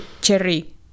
cherry